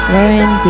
Lauren